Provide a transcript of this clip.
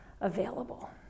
available